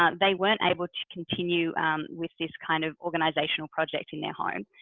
um they weren't able to continue with this kind of organizational project in their home.